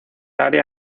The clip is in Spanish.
área